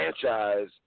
Franchise